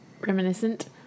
reminiscent